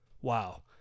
Wow